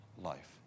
life